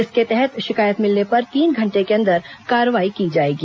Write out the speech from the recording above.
इसके तहत शिकायत मिलने पर तीन घंटे के अंदर कार्रवाई की जाएगी